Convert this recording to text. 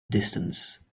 distance